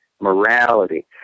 morality